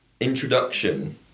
introduction